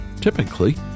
typically